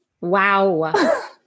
Wow